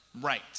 right